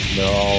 no